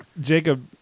Jacob